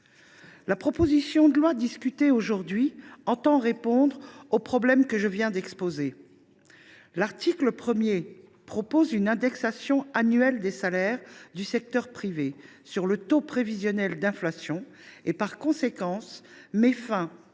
La proposition de loi discutée aujourd’hui entend répondre aux problèmes que je viens d’exposer. L’article 1 prévoit une indexation annuelle des salaires du secteur privé sur le taux prévisionnel d’inflation et, par cohérence, met fin